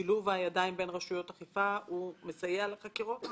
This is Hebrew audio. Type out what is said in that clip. שילוב הידיים בין רשויות אכיפה מסייע לחקירות?